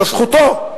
זו זכותו,